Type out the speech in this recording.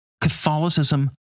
Catholicism